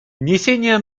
внесение